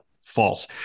false